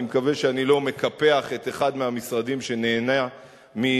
אני מקווה שאני לא מקפח את אחד מהמשרדים שנהנה מתפקודה,